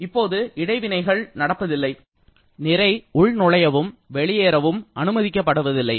இப்போது இடைவினைகள் நடப்பதில்லை நிறை உள் நுழையவும் வெளியேறவும் அனுமதிக்கப்படுவதில்லை